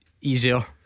Easier